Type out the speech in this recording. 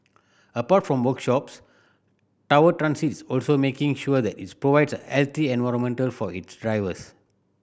apart from workshops Tower Transit is also making sure that its provides a healthy environmental for its drivers